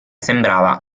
sembrava